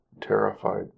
terrified